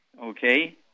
okay